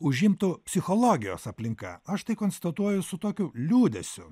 užimtų psichologijos aplinka aš tai konstatuoju su tokiu liūdesiu